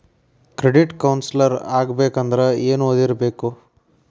Credit counsellor ಆಗ್ಬೇಕಂದ್ರ ಏನ್ ಓದಿರ್ಬೇಕು?